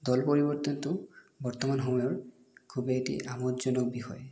দল পৰিবৰ্তনটো বৰ্তমান সময়ত খুবেই এটি আমোদজনক বিষয়